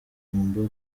igomba